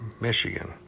michigan